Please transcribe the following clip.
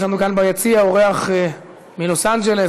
יש לנו כאן ביציע אורח מלוס אנג'לס,